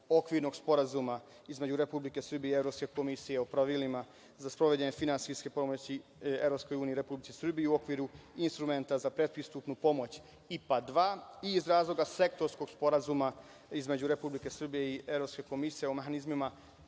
Okvirnog sporazuma između Republike Srbije i Evropske komisije o pravilima za sprovođenje finansijske pomoći EU Republici Srbiji u okviru instrumenta za predpristupnu pomoć IPA 2, i iz razloga Sektorskog sporazuma između Republike Srbije i Evropske komisije o mehanizmima